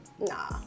Nah